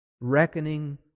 Reckoning